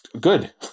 good